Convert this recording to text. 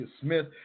Smith